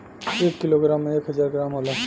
एक kilogram में एक हजार ग्राम होला